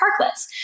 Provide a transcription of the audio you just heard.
parklets